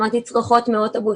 שמעתי צרחות מן האוטובוס,